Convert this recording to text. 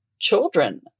children